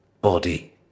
body